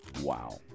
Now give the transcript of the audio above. Wow